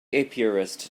apiarist